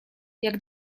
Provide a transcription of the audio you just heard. jak